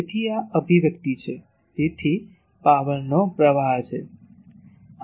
તેથી આ અભિવ્યક્તિ છે તેથી પાવરનો પ્રવાહ છે